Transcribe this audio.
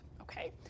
Okay